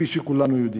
כפי שכולנו יודעים,